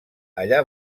allà